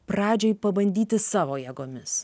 pradžiai pabandyti savo jėgomis